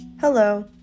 Hello